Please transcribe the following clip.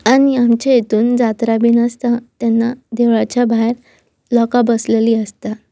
आनी आमच्या हितून जात्रा बीन आसता तेन्ना देवळाच्या भायर लोकां बसलेली आसता